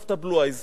סבתא blue eyes.